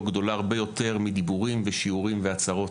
גדולה הרבה יותר מדיבורים ושיעורים והצהרות.